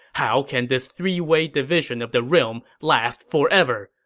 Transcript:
how can this three-way division of the realm last forever?